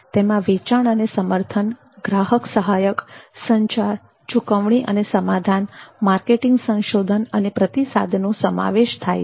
તેમાં વેચાણ અને સમર્થન ગ્રાહક સહાયક સંચાર ચૂકવણી અને સમાધાન માર્કેટિંગ સંશોધન અને પ્રતિસાદ નો સમાવેશ થાય છે